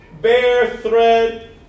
bare-thread